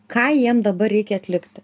ką jiem dabar reikia atlikti